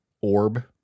orb